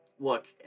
Look